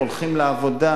הולכים לעבודה,